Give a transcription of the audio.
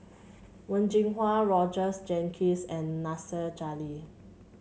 Wen Jinhua Rogers Jenkins and Nasir Jalil